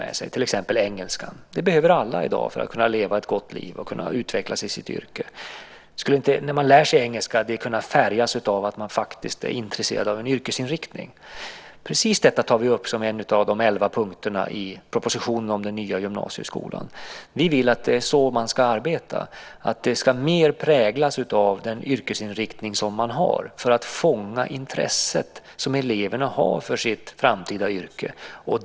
Det gäller till exempel engelskan, som alla behöver i dag för att kunna leva ett gott liv och utvecklas i sitt yrke. När man lär sig engelska skulle det kunna färgas av att man är intresserad av en yrkesinriktning. Precis det tar vi upp som en av de elva punkterna i propositionen om den nya gymnasieskolan. Vi vill att man ska arbeta så. Det hela ska mer präglas av den yrkesinriktning som man har för att fånga det intresse som eleverna har för sitt framtida yrke.